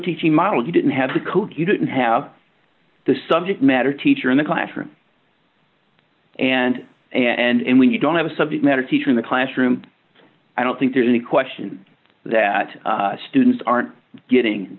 teaching model you didn't have the kook you didn't have the subject matter teacher in the classroom and and when you don't have a subject matter teacher in the classroom i don't think there's any question that students aren't getting